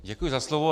Děkuji za slovo.